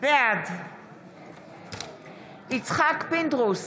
בעד יצחק פינדרוס,